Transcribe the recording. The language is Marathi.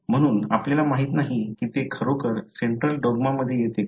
म्हणून आपल्याला माहित नाही की ते खरोखर सेंट्रल डॉग्मामध्ये येते का